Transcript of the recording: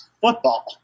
football